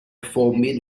informé